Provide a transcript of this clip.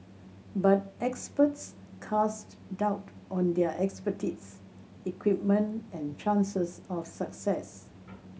but experts cast doubt on their expertise equipment and chances of success